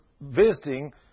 visiting